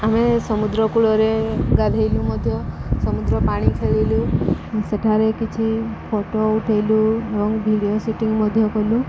ଆମେ ସମୁଦ୍ର କୂଳରେ ଗାଧେଇଲୁ ମଧ୍ୟ ସମୁଦ୍ର ପାଣି ଖେଳିଲୁ ସେଠାରେ କିଛି ଫଟୋ ଉଠେଇଲୁ ଏବଂ ଭିଡ଼ିଓ ସୁଟିଂ ମଧ୍ୟ କଲୁ